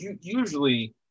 usually